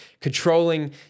controlling